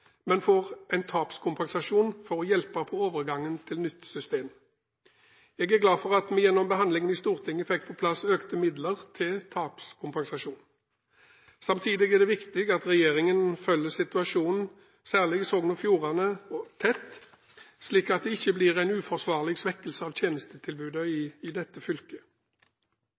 men får en tapskompensasjon for å hjelpe på overgangen til nytt system. Jeg er glad for at vi gjennom behandlingen i Stortinget fikk på plass økte midler til tapskompensasjonen. Samtidig er det viktig at regjeringen følger situasjonen i særlig Sogn og Fjordane tett, slik at det ikke blir en uforsvarlig svekkelse av tjenestetilbudet i dette fylket.